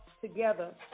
together